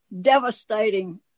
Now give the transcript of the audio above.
devastating